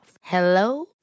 Hello